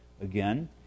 Again